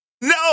no